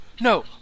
No